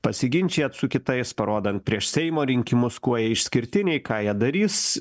pasiginčijat su kitais parodant prieš seimo rinkimus kuo jie išskirtiniai ką jie darys